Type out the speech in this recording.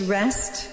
rest